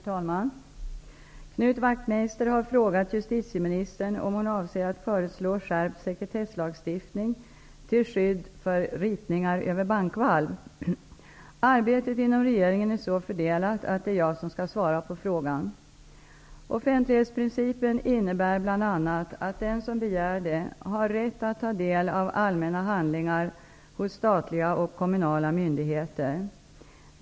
Herr talman! Knut Wachtmeister har frågat justitieministern om hon avser att föreslå skärpt sekretesslagstiftning till skydd för ritningar över bankvalv. Arbetet inom regeringen är så fördelat att det är jag som skall svara på frågan. Offentlighetsprincipen innebär bl.a. att den som begär det har rätt att ta del av allmänna handlingar hos statliga och kommunala myndigheter.